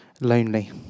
lonely